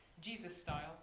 Jesus-style